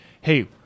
hey